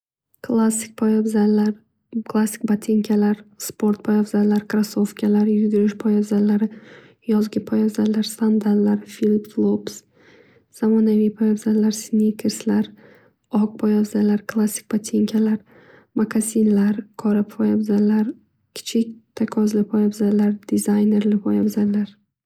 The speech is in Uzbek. Klassik poyabzallar, batinkalar, sport poyabzallari, krosofkalar, yugurish poyabzallari, yozgi poyabzallar, sandallar, flops, zamonaviy poyabzallar, snikerslar, oq poyabzallar, klassik batinkalar, makasinlar, qora poyabzallar, kichik takvazli poyabzallar, dizaynerli poyabzallar.